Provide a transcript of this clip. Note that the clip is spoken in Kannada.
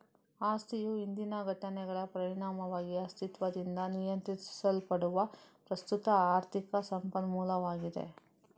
ಆಸ್ತಿಯು ಹಿಂದಿನ ಘಟನೆಗಳ ಪರಿಣಾಮವಾಗಿ ಅಸ್ತಿತ್ವದಿಂದ ನಿಯಂತ್ರಿಸಲ್ಪಡುವ ಪ್ರಸ್ತುತ ಆರ್ಥಿಕ ಸಂಪನ್ಮೂಲವಾಗಿದೆ